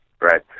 right